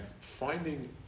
finding